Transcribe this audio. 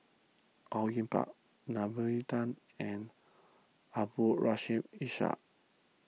Au Yue Pak Naomi Tan and Abdul Rahim Ishak